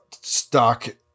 stock